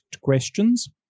questions